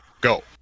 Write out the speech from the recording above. go